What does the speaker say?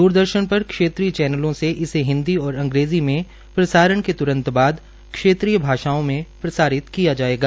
द्रदर्शन पर क्षेत्रीय चैनलों से इसे हिन्दी और अंग्रेजी में प्रसारण के तुरंत बाद क्षेत्रीय भाषाओं में प्रसारित किया जायेगा